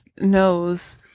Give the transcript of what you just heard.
knows